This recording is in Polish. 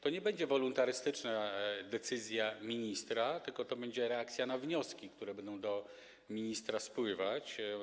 To nie będzie woluntarystyczna decyzja ministra, tylko to będzie reakcja na wnioski, które będą do ministra spływać.